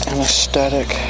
Anesthetic